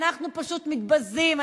אנחנו פשוט מתבזים.